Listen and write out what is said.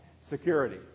security